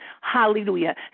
Hallelujah